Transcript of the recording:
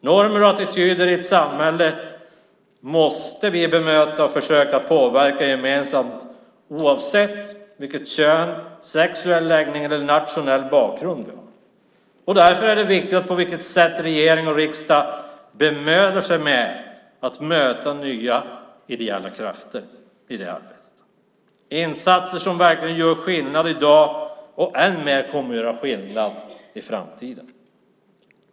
Normer och attityder i ett samhälle måste vi bemöta och försöka påverka gemensamt oavsett kön, sexuell läggning eller nationell bakgrund. Därför är det viktigt på vilket sätt regering och riksdag bemödar sig om att möta nya ideella krafter i det här arbetet. Det är insatser som verkligen gör skillnad i dag och än mer kommer att göra det för framtiden.